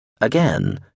Again